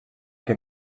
que